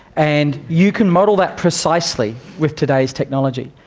and you can model that precisely with today's technology.